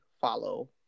follow